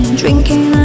drinking